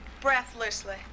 Breathlessly